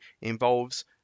involves